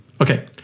Okay